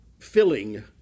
Filling